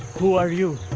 who are you?